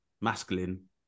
masculine